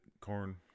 corn